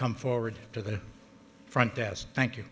come forward to the front desk thank you